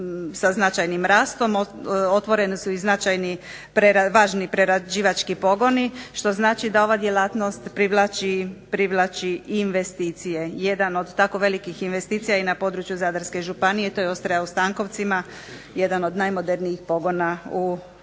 sa značajnim rastom. Otvoreni su i značajni važni prerađivački pogoni, što znači da ova djelatnost privlači i investicija. Jedan od tako velikih investicija je i na području Zadarske županije to je ... Stankovcima jedan od najmodernijih pogona takve